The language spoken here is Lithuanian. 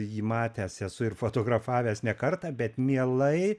jį matęs esu ir fotografavęs ne kartą bet mielai